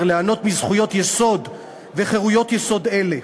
ליהנות מזכויות יסוד וחירויות יסוד אלה,